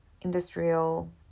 industrial